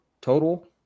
total